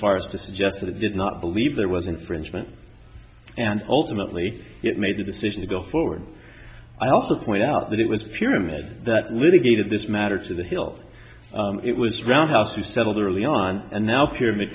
far as to suggest that it did not believe there was infringement and ultimately it made the decision to go forward i also point out that it was pyramid that litigated this matter to the hilt it was roundhouse to settle the early on and now pyramid